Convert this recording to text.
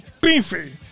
beefy